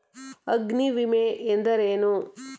ಅಗ್ನಿವಿಮೆ ಎಂದರೇನು?